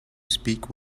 speak